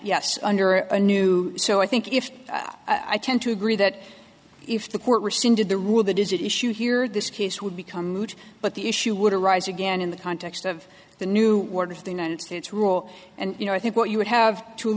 yes under a new so i think if i tend to agree that if the court rescinded the rule that is at issue here this case would become moot but the issue would arise again in the context of the new world of the united states rule and you know i think what you would have to